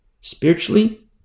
Spiritually